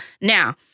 Now